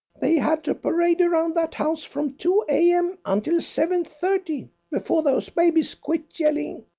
they had to parade around that house from two a. m. until seven-thirty before those babies quit yelling.